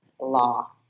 law